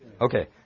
Okay